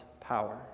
power